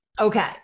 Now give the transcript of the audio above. Okay